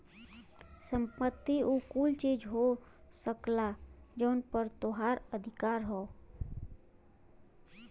संपत्ति उ कुल चीज हो सकला जौन पे तोहार अधिकार हौ